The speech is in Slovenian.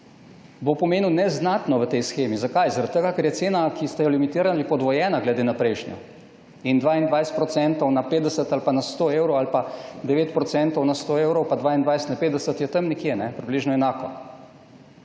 bo pomenil neznatno v tej shemi. Zakaj? Zaradi tega ker je cena, ki ste jo limitirali, podvojena glede na prejšnjo. 22 % na 50 ali pa na 100 evrov ali pa 9 % na 100 evrov pa 22 na 50, je približno enako.